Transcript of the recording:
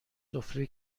سفره